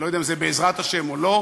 אני לא יודע אם זה בעזרת השם או לא,